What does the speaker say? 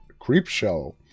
Creepshow